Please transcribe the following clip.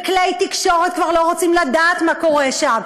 כלי תקשורת כבר לא רוצים לדעת מה קורה שם.